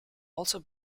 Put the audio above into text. also